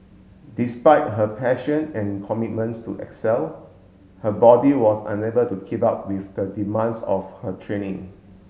despite her passion and commitments to excel her body was unable to keep up with the demands of her training